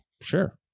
Sure